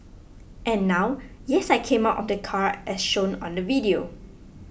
and now yes I came out of the car as shown on the video